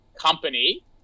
company